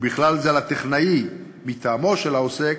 ובכלל זה על הטכנאי מטעמו של העוסק,